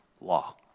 law